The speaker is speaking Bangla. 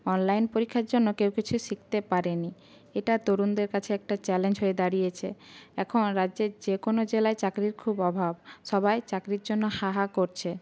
অনলাইন পরীক্ষার জন্য কেউ কিছু শিখতে পারে নি এটা তরুণদের কাছে একটা চ্যালেঞ্জ হয়ে দাঁড়িয়েছে এখন রাজ্যের যে কোনো জেলায় চাকরির খুব অভাব সবাই চাকরির জন্য হা হা করছে